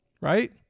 right